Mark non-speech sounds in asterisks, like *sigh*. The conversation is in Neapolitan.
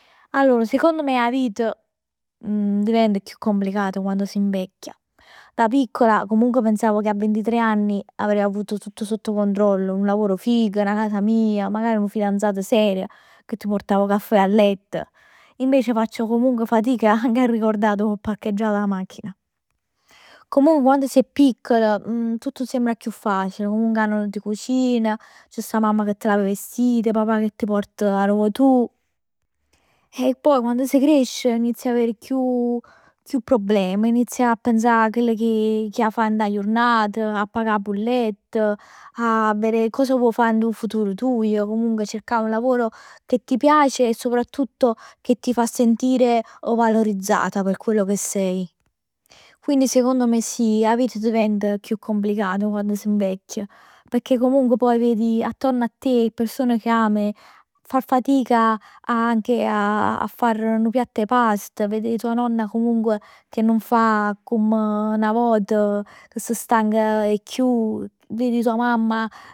Allor secondo me 'a vit diventa chiù complicata quann s' invecchia. Da piccola comunque pensavo che a ventitrè anni avrei avuto tutto sotto controllo, un lavoro figo, una casa d' 'a mij, magari nu fidanzato serio che ti purtav 'o cafè a letto. Invece faccio comunque fatica anche a ricordare dove ho parcheggiato la macchina. Comunque quando si è piccoli *hesitation* tutt sembra più facile, 'a nonna ti cucina, c' sta mamma che t' lav 'e vestit, papà che t' port arò vuò tu. E poi quando si cresce inizi ad avere chiù chiù problem. Inizi a pensà a chell che 'a fa dint 'a jurnat, a pagà 'a bullett. 'A verè che vuò fa dint 'a nu futur tuoj. Comunque cercà un lavoro che t' piace e soprattutto che ti fa sentire valorizzata p' quello che sei. Quindi secondo me sì 'a vita diventa chiù complicata quando si invecchia. Pecchè comunque poi vedi attorno a te 'e persone che ami far fatica anche a a fare nu piatt 'e pasta. Vedi tua nonna che comunque che non fa comm 'a 'na vot, che si stanch 'e chiù, vedi tua mamma.